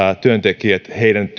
työntekijöiden